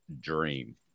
dream